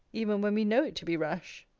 even when we know it to be rash.